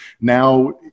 now